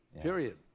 Period